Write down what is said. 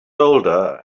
older